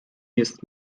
jest